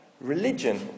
Religion